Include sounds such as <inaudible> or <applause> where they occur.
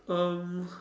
um <breath>